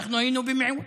אנחנו היינו במיעוט.